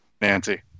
Nancy